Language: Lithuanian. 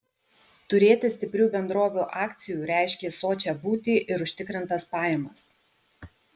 turėti stiprių bendrovių akcijų reiškė sočią būtį ir užtikrintas pajamas